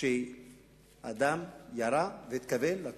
שאדם ירה והתכוון לתוצאה.